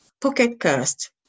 Pocketcast